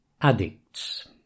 Addicts